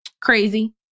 Crazy